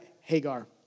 Hagar